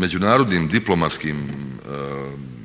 međunarodnim diplomatskim ugovorima